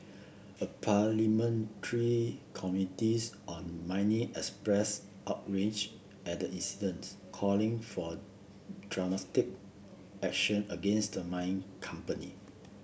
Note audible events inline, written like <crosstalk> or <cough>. a parliamentary committees on mining expressed outrage at the incident calling for <unintelligible> action against the mining company